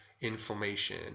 inflammation